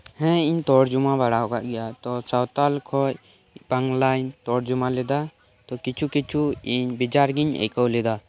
ᱦᱮᱸ ᱤᱧ ᱛᱚᱨᱡᱚᱢᱟ ᱵᱟᱲᱟ ᱟᱠᱟᱫ ᱜᱮᱭᱟ ᱛᱚ ᱥᱟᱶᱛᱟᱞ ᱠᱷᱚᱱ ᱵᱟᱝᱞᱟᱧ ᱛᱚᱨᱡᱚᱢᱟ ᱞᱮᱫᱟ ᱛᱚ ᱠᱤᱪᱷᱩ ᱠᱤᱪᱷᱩ ᱤᱧ ᱵᱮᱡᱟᱨ ᱜᱤᱧ ᱟᱹᱭᱠᱟᱹᱣ ᱞᱮᱫᱟ